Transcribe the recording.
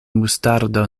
mustardo